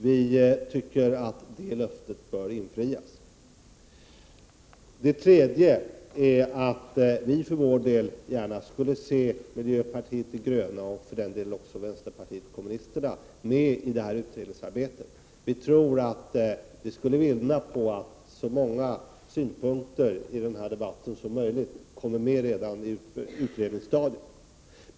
Vi tycker att det löftet bör infrias. Den tredje reflexionen som jag vill ge uttryck åt är att vi för vår del gärna skulle se att miljöpartiet de gröna och för den delen även vänsterpartiet kommunisterna var med i detta utredningsarbete. Vi tror att saken skulle vinna på att så många synpunkter som möjligt i den här debatten kommer med redan på utredningsstadiet.